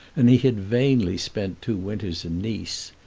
and he had vainly spent two winters in nice.